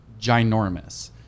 ginormous